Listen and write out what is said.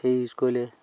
সেই ইউজ কৰিলে